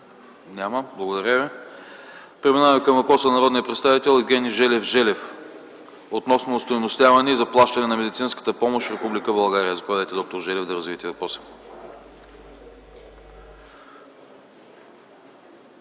Няма. Благодаря Ви. Преминаваме към въпроса на народния представител Евгений Желев Желев относно остойностяване и заплащане на медицинската помощ в Република България. Заповядайте, д-р Желев, да развиете въпроса.